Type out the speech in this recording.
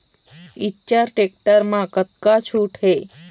Eicher tractor म कतका छूट हे?